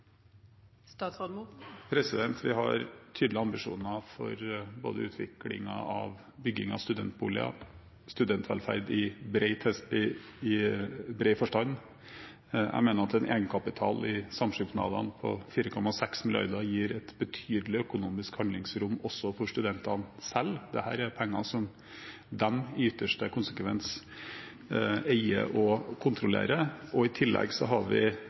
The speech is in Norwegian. Vi har tydelige ambisjoner for både utvikling og bygging av studentboliger – studentvelferd i bred forstand. Jeg mener at en egenkapital i samskipnadene på 4,6 mrd. kr gir et betydelig økonomisk handlingsrom også for studentene selv. Dette er penger som de i ytterste konsekvens eier og kontrollerer. I tillegg har vi